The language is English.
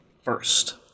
first